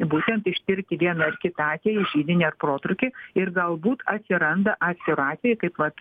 būtent ištirti vieną ar kitą atvejį židinį ar protrūkį ir galbūt atsiranda atskirų atvejų kaip vat